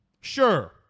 Sure